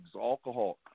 alcohol